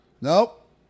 Nope